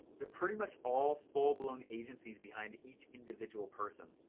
they're pretty much all full-blown agencies behind each individual person.